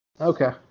Okay